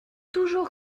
toujours